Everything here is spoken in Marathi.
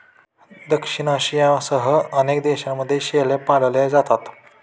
दक्षिण आशियासह अनेक देशांमध्ये शेळ्या पाळल्या जातात